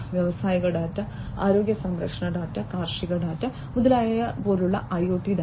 വ്യാവസായിക ഡാറ്റ ആരോഗ്യ സംരക്ഷണ ഡാറ്റ കാർഷിക ഡാറ്റ മുതലായവ പോലുള്ള IoT ഡാറ്റ